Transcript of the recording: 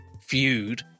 feud